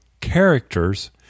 characters